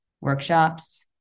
workshops